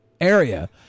area